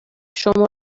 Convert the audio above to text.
شما